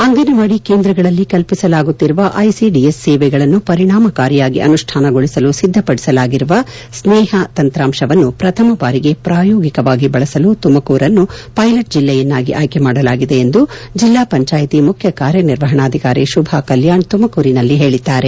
ಅಂಗನವಾಡಿ ಕೇಂದ್ರಗಳಲ್ಲಿ ಕಲ್ಪಿಸಲಾಗುತ್ತಿರುವ ಐಸಿಡಿಎಸ್ ಸೇವೆಗಳನ್ನು ಪರಿಣಾಮಕಾರಿಯಾಗಿ ಅನುಷ್ಠಾನಗೊಳಿಸಲು ಸಿದ್ದಪಡಿಸಲಾಗಿರುವ ಸ್ನೇಹ ತಂತ್ರಾಂಶವನ್ನು ಪ್ರಥಮ ಬಾರಿಗೆ ಪ್ರಾಯೋಗಿಕವಾಗಿ ಬಳಸಲು ತುಮಕೂರನ್ನು ಷೈಲೆಟ್ ಜಿಲ್ಲೆಯನ್ನಾಗಿ ಆಯ್ಲೆ ಮಾಡಲಾಗಿದೆ ಎಂದು ಜೆಲ್ಲಾ ಪಂಚಾಯಿತಿ ಮುಖ್ಯ ಕಾರ್ಯ ನಿರ್ವಹಣಾಧಿಕಾರಿ ಶುಭಾ ಕಲ್ಖಾಣ್ ತುಮಕೂರಿನಲ್ಲಿ ಹೇಳಿದ್ದಾರೆ